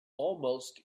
almost